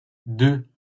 deux